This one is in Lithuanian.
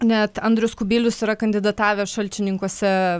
net andrius kubilius yra kandidatavęs šalčininkuose